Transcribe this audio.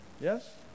Yes